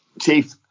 Chief